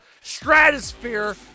stratosphere